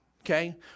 okay